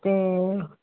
ਅਤੇ